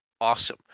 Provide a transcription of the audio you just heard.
awesome